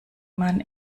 mann